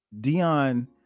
dion